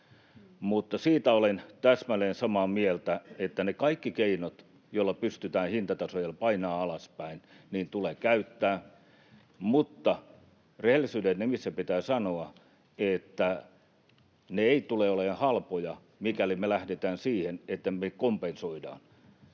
Siitä olen täsmälleen samaa mieltä, että kaikki ne keinot, joilla pystytään hintatasoja painamaan alaspäin, tulee käyttää, mutta rehellisyyden nimissä pitää sanoa, että ne eivät tule olemaan halpoja, mikäli me lähdetään siihen, että me kompensoidaan.